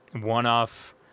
one-off